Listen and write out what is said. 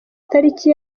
tariki